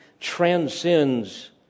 transcends